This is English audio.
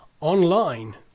online